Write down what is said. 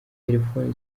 telefoni